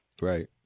Right